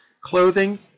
clothing